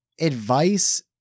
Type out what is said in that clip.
advice